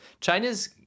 China's